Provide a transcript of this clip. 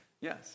Yes